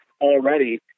already